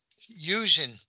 using